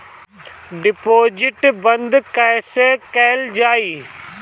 Deposit बंद कैसे कैल जाइ?